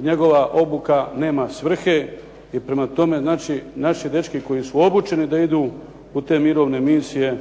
njegova obuka nema svrhe i prema tome, znači naši dečki koji su obučeni da idu u te mirovne misije